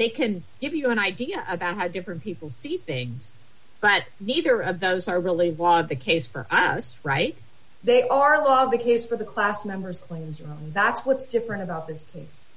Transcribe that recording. they can give you an idea about how different people see things but neither of those are really was the case for us right they are law of the case for the class members planes and that's what's different about this things